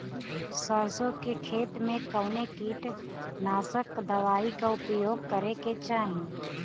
सरसों के खेत में कवने कीटनाशक दवाई क उपयोग करे के चाही?